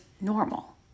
normal